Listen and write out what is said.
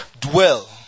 Dwell